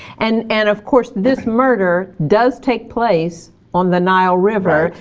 and and of course this murder does take place on the nile river,